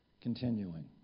continuing